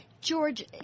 George